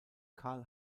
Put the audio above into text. carl